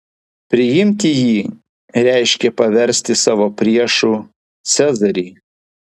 priimti jį reiškė paversti savo priešu cezarį